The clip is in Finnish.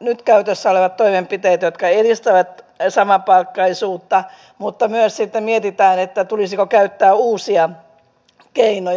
nyt käytössä olevat toimenpiteet jotka edistävät samapalkkaisuutta mutta myös sitten mietitään tulisiko käyttää uusia keinoja